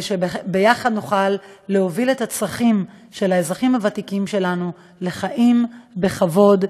שיחד נוכל להוביל את הצרכים של האזרחים הוותיקים שלנו לחיים בכבוד,